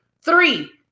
Three